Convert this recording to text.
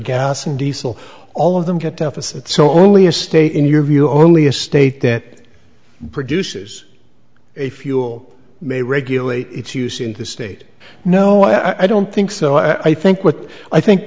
gas and diesel all of them get deficit so only a state in your view only a state that produces a fuel may regulate its use in the state no i don't think so i think what i think